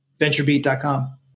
VentureBeat.com